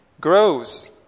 grows